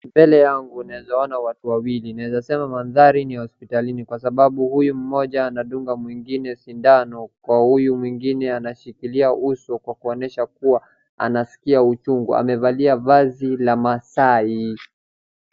Mbele yangu naeza ona watu wawili, naeza sema mandhari ni hospitalini kwasababu huyu mmoja anandunga mwingine sindano, kwa huyu mwingine anashikilia uso Kwa kuonyesha kuwa anasikia uchungu, amevalia vazi la maasai.